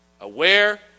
Aware